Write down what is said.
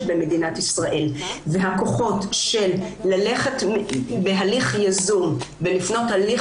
במדינת ישראל והכוחות של ללכת בהליך יזום ולבנות הליך